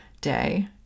day